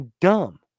dumb